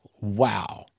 Wow